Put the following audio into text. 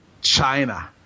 China